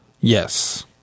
yes